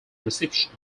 reception